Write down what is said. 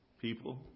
people